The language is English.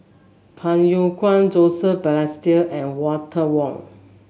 Phey Yew Kok Joseph Balestier and Walter Woon